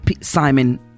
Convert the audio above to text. simon